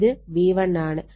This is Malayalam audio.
ഇത് V1 ആണ്